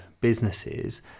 businesses